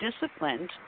disciplined